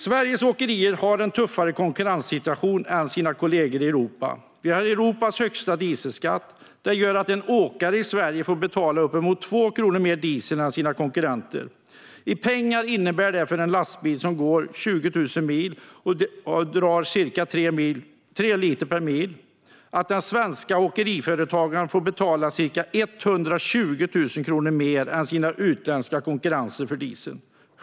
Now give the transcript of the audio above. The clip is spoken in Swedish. Sveriges åkerier har en tuffare konkurrenssituation än sina kollegor i Europa. Vi har Europas högsta dieselskatt. Det gör att en åkare i Sverige får betala uppemot två kronor mer för dieseln än sina konkurrenter. Om en lastbil går 20 000 mil och drar cirka tre liter diesel per mil innebär det att den svenska åkeriföretagaren får betala ca 120 000 kronor mer än sina utländska konkurrenter för dieseln.